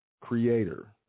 creator